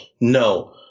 No